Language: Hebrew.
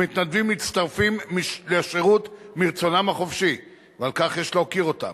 המתנדבים מצטרפים לשירות מרצונם החופשי ועל כך יש להוקיר אותם.